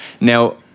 Now